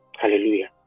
Hallelujah